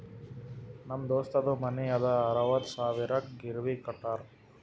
ನಮ್ ದೋಸ್ತದು ಮನಿ ಅದಾ ಅರವತ್ತ್ ಸಾವಿರಕ್ ಗಿರ್ವಿಗ್ ಕೋಟ್ಟಾರ್